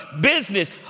business